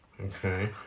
Okay